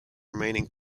remaining